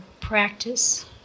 practice